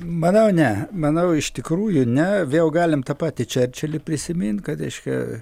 manau ne manau iš tikrųjų ne vėl galim tą patį čerčilį prisimint kad reiškia